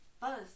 Buzz